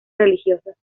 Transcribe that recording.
religiosas